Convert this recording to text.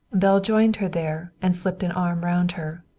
belle joined her there and slipped an arm round her.